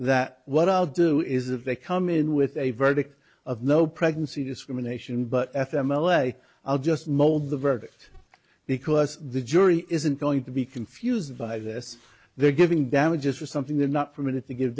that what i'll do is if they come in with a verdict of no pregnancy discrimination but f m l a i'll just mold the verdict because the jury isn't going to be confused by this they're giving damages for something they're not permitted to give